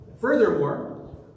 Furthermore